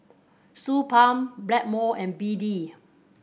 Suu Balm Blackmores and B D